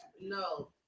No